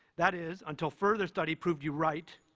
that is until further study proved you right,